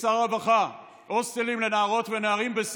טל רוסו, אתה בטח תומך בזה, להעלות שכר חיילים.